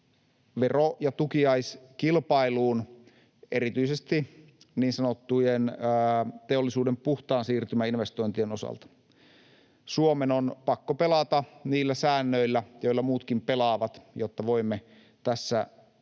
vero- ja tukiaiskilpailuun, erityisesti niin sanottujen teollisuuden puhtaan siirtymän investointien osalta. Suomen on pakko pelata niillä säännöillä, joilla muutkin pelaavat, jotta voimme tässä pelissä